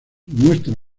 muestra